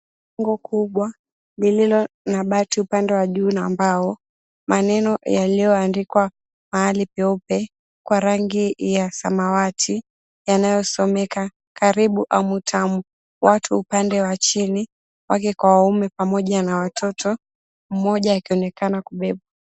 Jengo kubwa lililo na bati upande wa juu na mbao, maneno yaliyoandikwa mahali peupe kwa rangi ya samawati yanayosomeka karibu amu tamu. Watu upande wa chini wake kwa waume pamoja na watoto mmoja akionekana kubebwa.